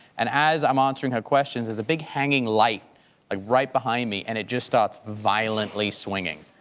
and as i'm answering her questions, there's a big hanging light ah right behind me, and it just starts violently swinging.